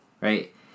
right